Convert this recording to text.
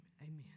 amen